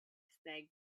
snake